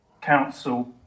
Council